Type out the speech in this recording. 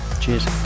Cheers